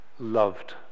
Loved